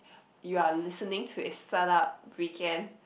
you are listening to start up weekend